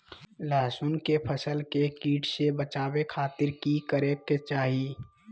लहसुन के फसल के कीट से बचावे खातिर की करे के चाही?